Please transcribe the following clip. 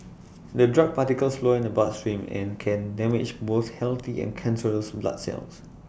the drug particles flow in the bloodstream and can damage both healthy and cancerous black cells